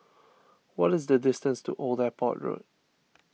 what is the distance to Old Airport Road